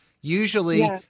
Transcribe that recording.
usually